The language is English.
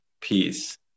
peace